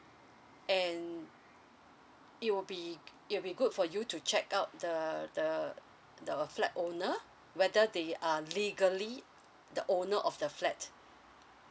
and it will be it will be good for you to check out the the the flat owner whether they are legally the owner of the flat